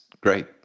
great